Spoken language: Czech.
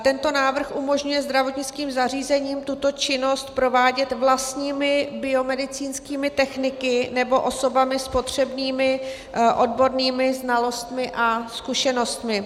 Tento návrh umožňuje zdravotnickým zařízením tuto činnost provádět vlastními biomedicínskými techniky nebo osobami s potřebnými odbornými znalostmi a zkušenostmi.